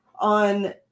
on